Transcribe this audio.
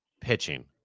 pitching